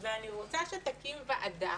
ואני רוצה שתקים ועדה